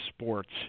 sports